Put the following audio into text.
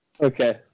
Okay